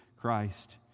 Christ